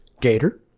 Gator